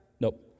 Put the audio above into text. Nope